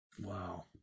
Wow